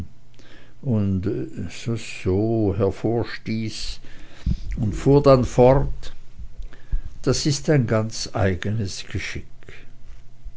und soso hervorstieß und fuhr dann fort das ist ein ganz eigenes geschick